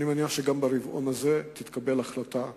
אני מניח שגם ברבעון הזה תתקבל החלטה.